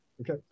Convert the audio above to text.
Okay